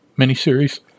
miniseries